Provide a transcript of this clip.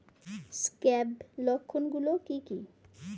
Scab লক্ষণ গুলো কি কি?